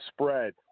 spread